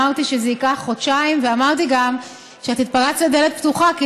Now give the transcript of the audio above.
אמרתי שזה ייקח חודשיים וגם אמרתי שאת התפרצת לדלת פתוחה כי